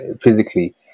physically